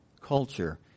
culture